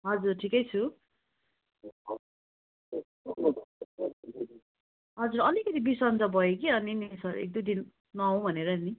हजुर ठिकै छु हजुर अलिकति बिसञ्चो भयो कि अनि नि सर एकदुई दिन नआउँ भनेर नि